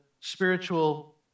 spiritual